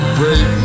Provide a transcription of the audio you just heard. break